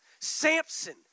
Samson